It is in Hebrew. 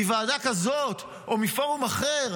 מוועדה כזאת או מפורום אחר,